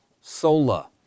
sola